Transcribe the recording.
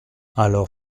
alors